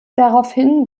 daraufhin